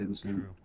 True